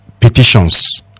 petitions